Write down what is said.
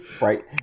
right